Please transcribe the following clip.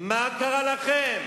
מה קרה לכם?